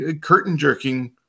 curtain-jerking